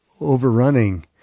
overrunning